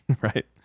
right